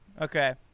Okay